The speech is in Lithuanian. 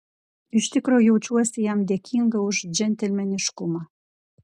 iš tikro jaučiuosi jam dėkinga už džentelmeniškumą